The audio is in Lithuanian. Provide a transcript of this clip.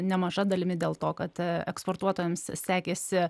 nemaža dalimi dėl to kad eksportuotojams sekėsi